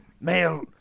male